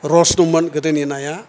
रस दंमोन गोदोनि नाया